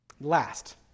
Last